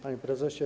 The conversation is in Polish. Panie Prezesie!